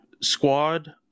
squad